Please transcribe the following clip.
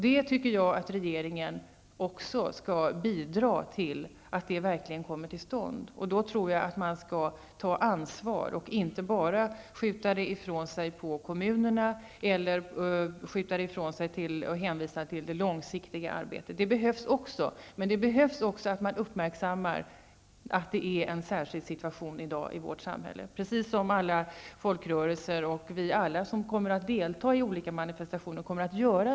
Jag tycker att regeringen också skall bidra till att det kommer till stånd. Det är fråga om att ta ansvar och inte bara skjuta över problemen på kommunerna eller hänvisa till det långsiktiga arbetet. Det långsiktiga arbetet behövs också, men det behöver även uppmärksammas att det råder en särskild situation i dag i vårt samhälle. Det här gäller alla folkrörelser och oss alla som kommer att delta i olika manifestationer.